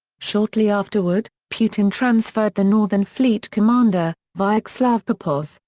shortly afterward, putin transferred the northern fleet commander, vyacheslav popov,